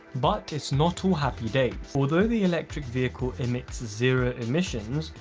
but it's not all happy days. although the electric vehicle emits zero emissions,